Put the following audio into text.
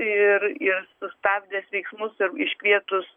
ir sustabdęs veiksmus ir iškvietus